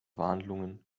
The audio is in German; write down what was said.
verhandlungen